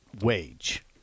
wage